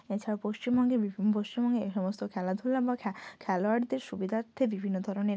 এছাড়াও পশ্চিমবঙ্গে বিভি পশ্চিমবঙ্গে এ সমস্ত খেলাধুলা বা খেলোয়াড়দের সুবিধার্থে বিভিন্ন ধরনের